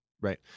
Right